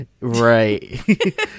Right